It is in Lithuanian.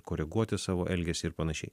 koreguoti savo elgesį ir panašiai